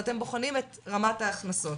ואתם בוחנים את רמת ההכנסות.